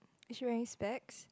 is she wearing specs